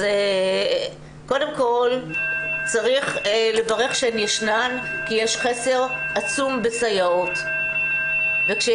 אז קודם כל צריך לברך שהן ישנן כי יש חסר עצום בסייעות וכשיש